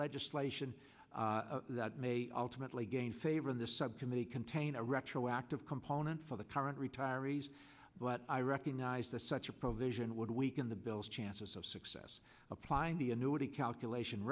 legislation that may ultimately gain favor in this subcommittee contain a retroactive component for the current retirees but i recognize that such a provision would weaken the bill's chances of success applying the annuity calculation